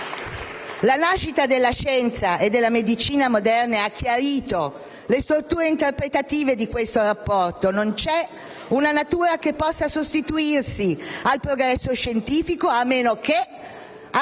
La nascita della scienza della medicina moderna ha chiarito le strutture interpretative di questo rapporto. Non c'è natura che possa sostituirsi al progresso scientifico, a meno che